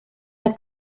der